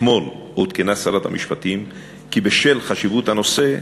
אתמול עודכנה שרת המשפטים כי בשל חשיבות הנושא,